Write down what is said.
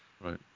right